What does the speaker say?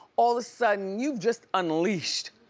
all a sudden, you've just unleashed.